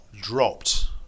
dropped